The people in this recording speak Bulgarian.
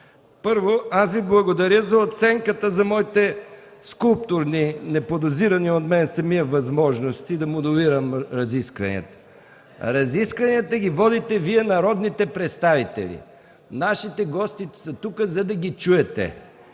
Първо, аз Ви благодаря за оценката на моите скулптурни, неподозирани от мен самия, възможности да модулирам разискванията. (Оживление.) Разискванията ги водите Вие – народните представители. Нашите гости са тук, за да ги чуете